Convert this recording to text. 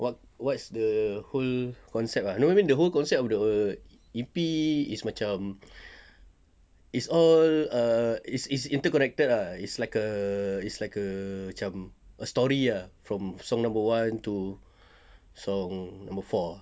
what what's the whole concept ah you know what I mean the whole concept of the E_P is macam is all err is is interconnected ah is like err is like err macam a story ah from song number one to song number four